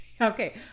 Okay